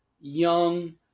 young